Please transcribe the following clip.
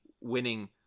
winning